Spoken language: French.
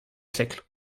siècle